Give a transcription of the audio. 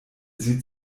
sie